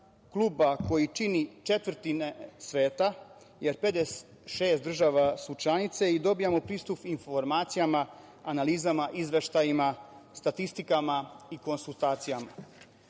koji čini četvrtina sveta, jer 56 država su članice i dobijamo pristup informacijama, analizama, izveštajima, statistikama i konsultacijama.